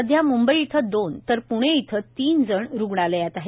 सध्या मुंबई इथं दोन तर प्णे इथं तीन जण रुग्णालयात आहेत